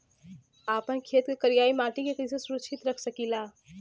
आपन खेत के करियाई माटी के कइसे सुरक्षित रख सकी ला?